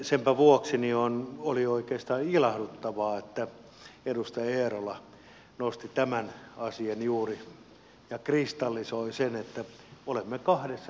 senpä vuoksi oli oikeastaan ilahduttavaa että edustaja eerola nosti tämän asian juuri ja kristallisoi sen että olemme kahdessa eri asiassa